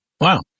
Wow